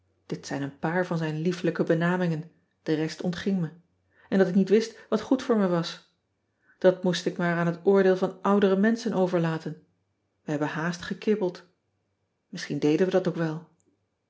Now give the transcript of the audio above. zijn een paar van zijn lieflijke benamingen de rest ontging me en dat ik niet wist wat goed voor me was at moest ik maar aan hot oordeel van oudere menschen overlaten e hebben haast gekibbeld isschien deden we dat ook wel